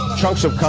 chunks of